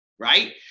right